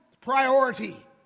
priority